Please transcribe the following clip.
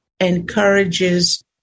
encourages